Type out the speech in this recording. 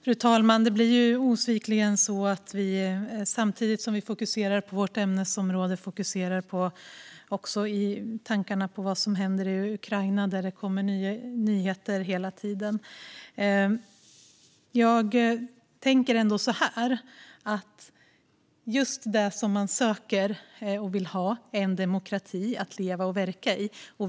Fru talman! Det blir oundvikligen så att vi, samtidigt som vi fokuserar på vårt ämnesområde, också har tankarna på det som händer i Ukraina, som det hela tiden kommer nyheter om. Jag tänker så här: Just det som man söker och vill ha är en demokrati att leva och verka i.